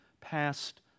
passed